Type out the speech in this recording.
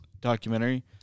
documentary